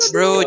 Bro